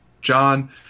John